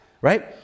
right